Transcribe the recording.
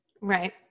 Right